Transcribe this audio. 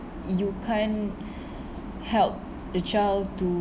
you can't help the child to